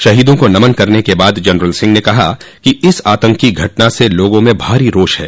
शहीदों को नमन करने के बाद जनरल सिंह ने कहा कि इस आतंकी घटना से लोगों में भारी रोष है